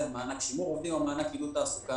- מענק שימור עובדים או מענק עידוד תעסוקה.